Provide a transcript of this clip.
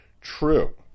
true